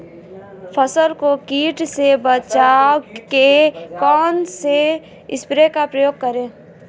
फसल को कीट से बचाव के कौनसे स्प्रे का प्रयोग करें?